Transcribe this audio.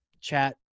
chat